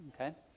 okay